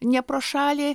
ne pro šalį